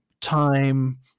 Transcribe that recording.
time